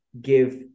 give